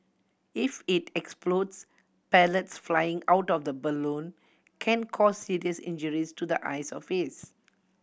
if it explodes pellets flying out of the balloon can cause serious injuries to the eyes or face